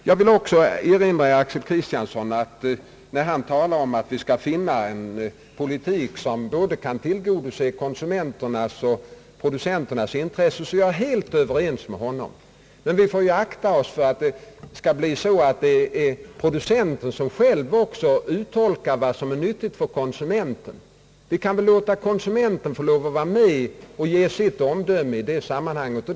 Jag vill också erinra herr Axel Kristiansson om att jag är helt överens med honom när han talar om att vi skall finna en politik, som kan tillgodose både konsumenternas och producenternas intressen. Men vi får akta oss för att det blir så, att det är producenten som uttolkar vad som är nyttigt för konsumenten. Vi kan väl låta konsumenten få vara med och ge sitt omdöme i det sammanhanget.